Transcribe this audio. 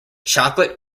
chocolate